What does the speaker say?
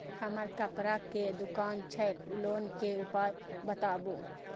हमर कपड़ा के दुकान छै लोन के उपाय बताबू?